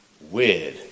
weird